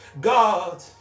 God